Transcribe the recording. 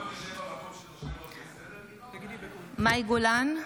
מאי גולן,